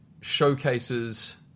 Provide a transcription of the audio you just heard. showcases